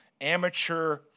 amateur